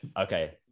okay